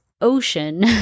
ocean